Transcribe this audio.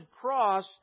cross